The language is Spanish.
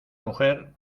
mujer